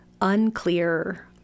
unclear